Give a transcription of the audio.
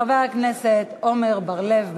חבר הכנסת עמר בר-לב.